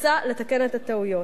מוצע לתקן את הטעויות.